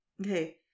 Okay